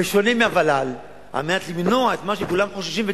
בשונה מהוול"ל, על מנת למנוע את מה שכולם חוששים.